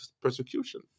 persecution